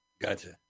Gotcha